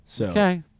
Okay